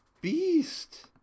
beast